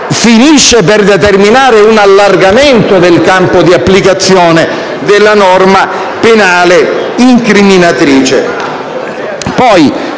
finisce per determinare un allargamento del campo di applicazione della norma penale incriminatrice.